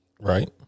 Right